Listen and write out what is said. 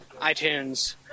iTunes